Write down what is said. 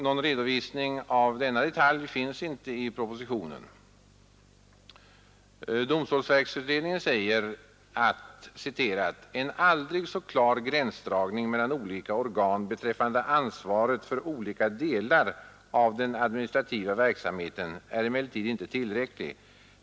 Någon redovisning av denna detalj finnes ej i propositionen. I domstolsverksutredningen säges: ”En aldrig så klar gränsdragning mellan olika organ beträffande ansvaret för olika delar av den administrativa verksamheten är emellertid inte tillräcklig.